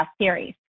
series